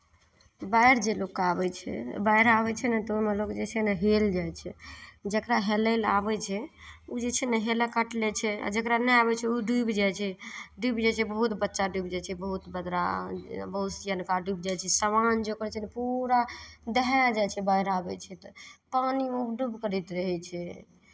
बाढ़ि जे लोकके आबै छै बाढ़ि आबै छै ने तऽ ओहिमे लोक जे छै ने हेल जाइ छै जकरा हेलय लए आबै छै ओ जे छै ने हेलय काटि लै छै आ जकरा हेलय नहि आबै छै तऽ ओ डुबि जाइ छै डुबि जाइ छै बहुत बच्चा डुबि जाइ छै बहुत बेदरा बहुत सिअनका डुबि जाइ छै सामान जे ओकर छै पूरा दहाय जाइ छै बाढ़ि आबै छै तऽ पानि उबडुब करैत रहै छै